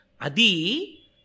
Adi